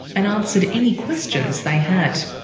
and answered any questions they had.